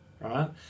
Right